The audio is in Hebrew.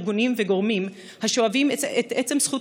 ארגונים וגורמים השואבים את עצם זכות